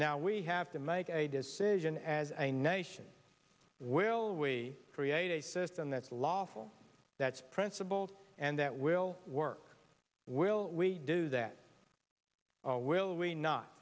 now we have to make a decision as a nation will we create a system that's lawful that's principled and that will work will we do that or will we not